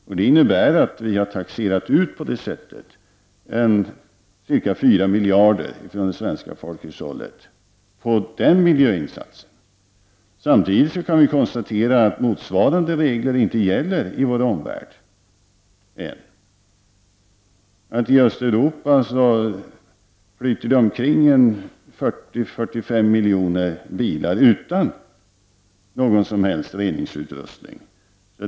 Detta innebär att vi har taxerat ut ca 4 miljarder ifrån det svenska folkhushållet på den miljöinsatsen. Vi kan samtidigt konstatera att motsvarande regler inte existerar i vår omvärld, än. I Östeuropa åker det omkring 40-45 miljoner bilar utan någon som helst reningsutrustning.